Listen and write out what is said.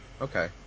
Okay